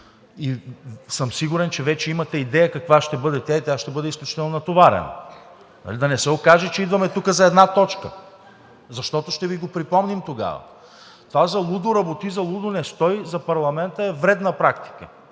и съм сигурен, че вече имате идея каква ще бъде тя и ще бъде изключително натоварена, нали? Да не се окаже, че идваме тук за една точка, защото ще Ви го припомним тогава. Това – залудо работи, залудо не стой, за парламента е вредна практика.